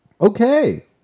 Okay